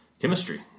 chemistry